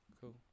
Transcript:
Cool